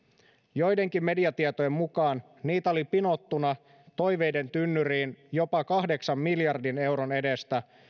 joidenkin mediatietojen mukaan niitä oli pinottuna toiveiden tynnyriin jopa kahdeksan miljardin euron edestä